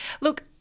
Look